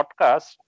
podcast